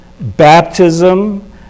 Baptism